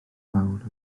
mawr